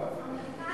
הבאה.